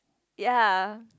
ya